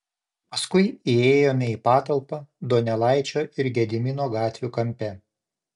paskui įėjome į patalpą donelaičio ir gedimino gatvių kampe